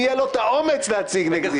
למי יהיה את האומץ להציג נגדי.